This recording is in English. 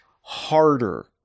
harder